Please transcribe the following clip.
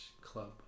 Club